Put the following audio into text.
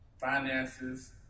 finances